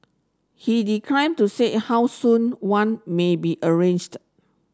he declined to say how soon one may be arranged